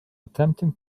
attempting